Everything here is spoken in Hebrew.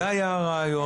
זה היה הרעיון.